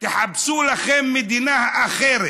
תחפשו לכם מדינה אחרת.